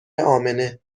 امنه